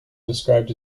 described